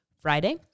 Friday